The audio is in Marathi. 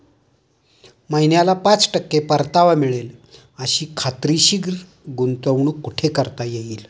महिन्याला पाच टक्के परतावा मिळेल अशी खात्रीशीर गुंतवणूक कुठे करता येईल?